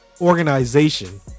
organization